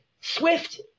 SWIFT